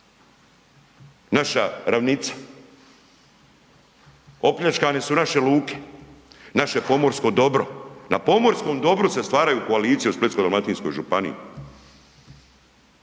naša ravnica, opljačkane su naše luke, naše pomorsko dobro. Na pomorskom dobru se stvaraju koalicije u Splitsko-dalmatinskoj županiji.